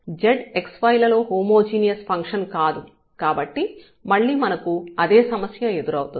z x y లలో homogeneous function కాదు కాబట్టి మళ్ళీ మనకు అదే సమస్య ఎదురవుతుంది